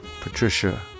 Patricia